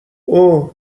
اوه